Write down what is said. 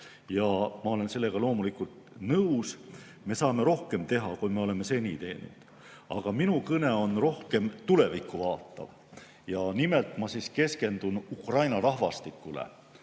Ja ma olen sellega loomulikult nõus, et me saame rohkem teha, kui me oleme seni teinud. Aga minu kõne vaatab rohkem tulevikku. Nimelt, ma keskendun Ukraina rahvastikule.